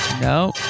No